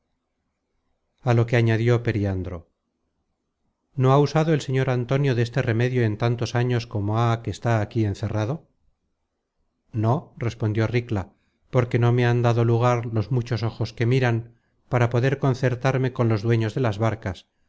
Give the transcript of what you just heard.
lo que añadió periandro no ha usado el señor antonio deste remedio en tantos años como há que está aquí encerrado no respondió ricla porque no me han dado lugar los muchos ojos que miran para poder concertarme con los dueños de las barcas